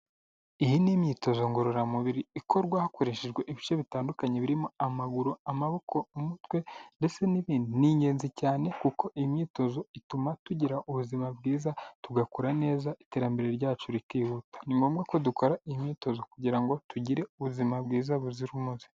Iyi ni imyitozo ngororamubiri ikorwa hakoreshejwe ibice bitandukanye birimo amaguru, amaboko, umutwe ndetse n'ibindi. Ni ingenzi cyane kuko imyitozo ituma tugira ubuzima bwiza, tugakora neza, iterambere ryacu rikihuta. Ni ngombwa ko dukora imyitozo kugira ngo tugire ubuzima bwiza buzira umuze.